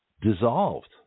dissolved